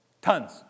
tons